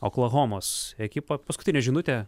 oklahomos ekipą paskutinė žinutė